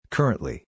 Currently